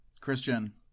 christian